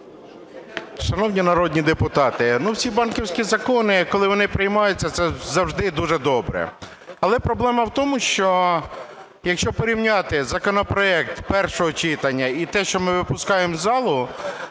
Шановні народні депутати, ці банківські закони, коли вони приймаються, це завжди дуже добре. Але проблема в тому, що якщо порівняти законопроект першого читання і те, що ми випускаємо з залу,